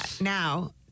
now